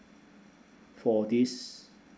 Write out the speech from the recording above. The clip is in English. for this